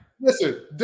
Listen